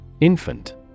Infant